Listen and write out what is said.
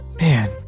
man